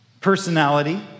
personality